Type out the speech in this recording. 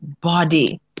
body